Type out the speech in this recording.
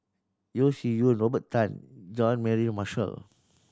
Yeo Shih Yun Robert Tan Jean Mary Marshall